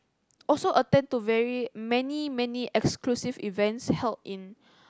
also attend to very many many exclusive events held in